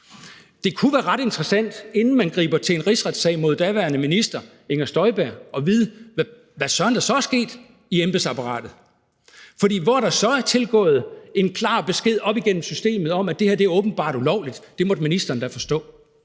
Det kunne være ret interessant, inden man griber til en rigsretssag mod daværende minister Inger Støjberg, at vide, hvad søren der så er sket i embedsapparatet. For hvor er der så tilgået en klar besked op igennem systemet om, at det her åbenbart er ulovligt, og at det måtte ministeren da forstå?